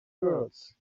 words